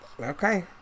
okay